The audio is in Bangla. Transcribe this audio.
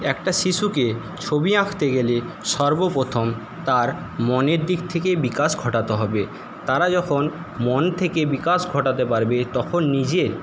একটা শিশুকে ছবি আঁকতে গেলে সর্বপ্রথম তার মনের দিক থেকে বিকাশ ঘটাতে হবে তারা যখন মন থেকে বিকাশ ঘটাতে পারবে তখন নিজের